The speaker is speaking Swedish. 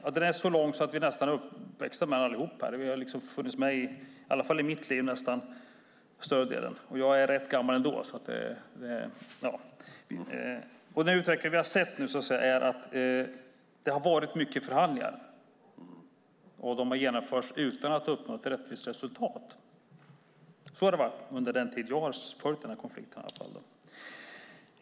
Den har varit så långvarig att vi nog alla är uppväxta med den. Den har funnits med under större delen av mitt liv, och jag är ändå rätt gammal. Den utveckling vi nu har sett är att det har varit mycket förhandlingar, och de har genomförts utan att uppnå något rättvist resultat. Så har det varit under den tid jag har följt konflikten.